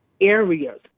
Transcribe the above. areas